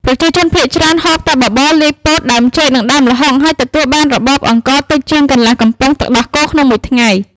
ប្រជាជនភាគច្រើនហូប តែបបរលាយពោត ដើមចេក និងដើមល្ហុង ហើយទទួលបានរបប អង្ករតិចជាងកន្លះកំប៉ុងទឹកដោះគោក្នុងមួយថ្ងៃ។